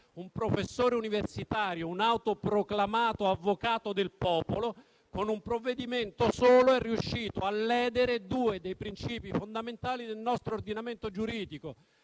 un professore universitario, un autoproclamato avvocato del popolo, con un solo provvedimento è riuscito a ledere due dei principi fondamentali del nostro ordinamento giuridico.